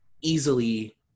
easily